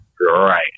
Right